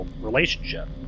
relationship